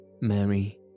Mary